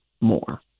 more